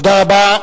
תודה רבה.